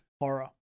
horror